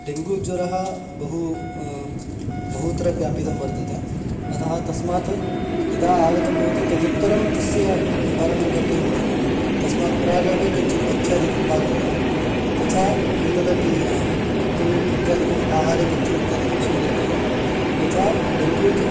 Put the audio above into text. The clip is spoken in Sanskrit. डेङ्गूज्वरः बहु बहुत्र व्यापितं वर्तते अतः तस्मात् यदा आगतं भवति तदुत्तरं तस्य निवारणं कर्तव्यमिति न तस्मात् प्रागेव किञ्चित् पथ्यादिकं पालनीयं तथा एतदपि मद्दु इत्यादिकम् आहारे पथ्यमित्यादिकं स्वीकर्तव्यं यथा डेङ्गूज्